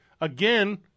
again